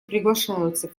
приглашаются